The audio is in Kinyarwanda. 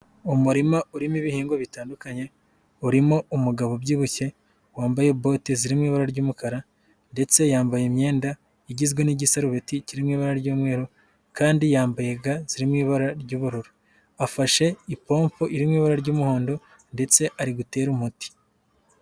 Umurima urimo ibihingwa bitandukanye, urimo umugabo ubyibushye, wambaye bote ziri mu ibara ry'umukara ndetse yambaye imyenda igizwe n'igisarubeti kiri mu ibara ry'umweru, kandi yambaye ga ziri mu ibara ry'ubururu. Afashe ipompo iri mu ibara ry'umuhondo ndetse ari gutera umuti.